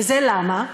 וזה למה?